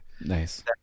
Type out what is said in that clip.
Nice